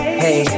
hey